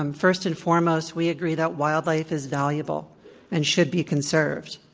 and first and foremost, we agree that wildlife is valuable and should be conserved.